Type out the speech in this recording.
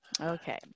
Okay